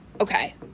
okay